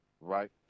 right